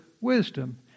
wisdom